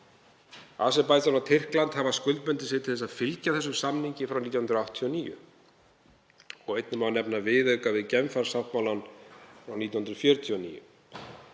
Aserbaídsjan og Tyrkland hafa skuldbundið sig til að fylgja þessum samningi frá 1989. Einnig má nefna viðauka við Genfarsáttmálann frá 1949.